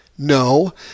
No